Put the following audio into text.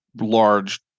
large